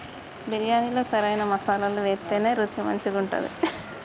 బిర్యాణిలో సరైన మసాలాలు వేత్తేనే రుచి మంచిగుంటది